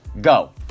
go